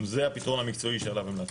זה הפתרון המקצועי שעליו המלצנו.